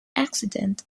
accident